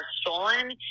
stolen